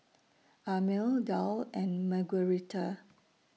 Amil Dale and Margueritta